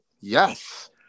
yes